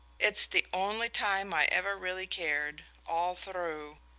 it's the only time i ever really cared all through!